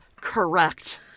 correct